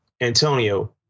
Antonio